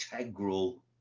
integral